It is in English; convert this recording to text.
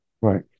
Right